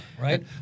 right